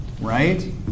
right